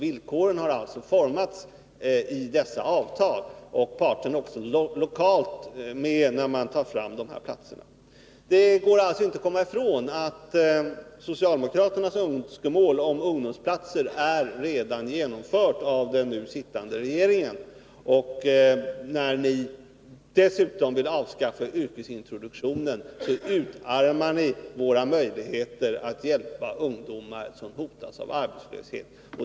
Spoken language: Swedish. Villkoren har alltså formats i avtalen. Parterna medverkar också lokalt när man tar fram dessa platser. Det går således inte att komma ifrån att socialdemokraternas önskemål om ungdomsplatser redan är genomfört av den nu sittande regeringen. Och när ni vill avskaffa yrkesintroduktionen, så utarmar ni våra möjligheter att hjälpa ungdomar som hotas av arbetslöshet.